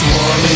one